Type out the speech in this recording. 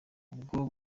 ubwo